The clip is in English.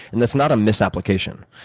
and it's not a misapplication.